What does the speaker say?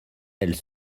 elle